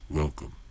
Welcome